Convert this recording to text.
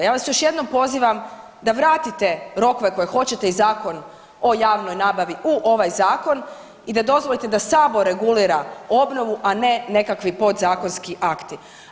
Ja vas još jednom pozivam da vratite rokove koje hoćete i Zakon o javnoj nabavi u ovaj Zakon i da dozvolite da Sabor regulira obnovu, a ne nekakvi podzakonski akti.